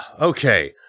Okay